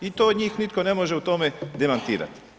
I to od njih nitko ne može u tome demantirati.